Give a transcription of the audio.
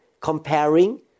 comparing